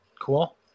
cool